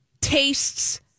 tastes